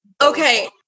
Okay